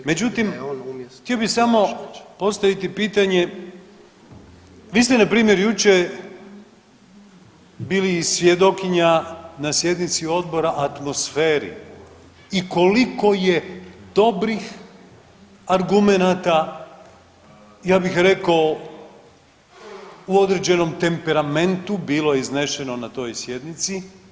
Međutim, htio bih samo postaviti pitanje vi ste npr. jučer bili svjedokinja na sjednici odbora atmosferi i koliko je dobrih argumenata ja bih rekao u određenom temperamentu bilo iznešeno na toj sjednici.